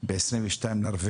ב-22.4